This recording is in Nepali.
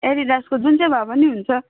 एडिडासको जुन चाहिँ भए नि हुन्छ